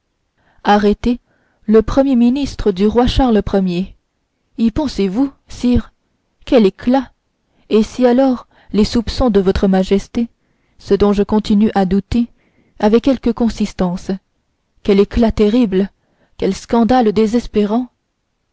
arrêter le premier ministre du roi charles ier y pensez-vous sire quel éclat et si alors les soupçons de votre majesté ce dont je continue à douter avaient quelque consistance quel éclat terrible quel scandale désespérant